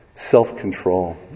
Self-control